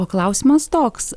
o klausimas toks